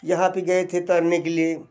यहाँ पर गए थे तैरने के लिए